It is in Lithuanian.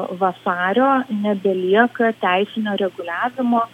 vasario nebelieka teisinio reguliavimo